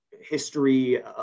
history